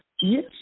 Yes